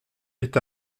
est